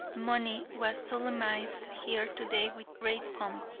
money was solemnized here today with great pomp,